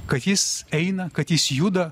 kad jis eina kad jis juda